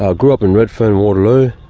ah grew up in redfern waterloo.